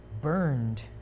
burned